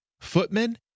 footmen